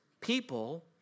people